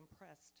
impressed